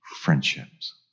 friendships